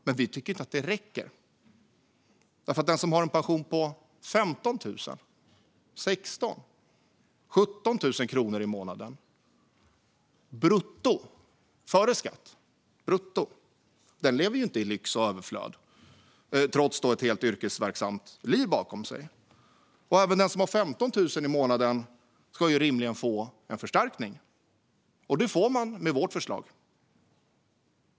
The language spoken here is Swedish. Vi tycker dock inte att detta räcker, för de som har en pension på 15 000, 16 000 eller 17 000 kronor i månaden, brutto före skatt, lever inte i lyx och överflöd, trots att de har ett helt yrkesverksamt liv bakom sig. Även den som har 15 000 i månaden ska rimligen få en förstärkning, och det får man med vårt förslag.